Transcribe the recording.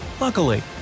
Luckily